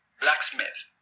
blacksmith